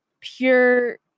pure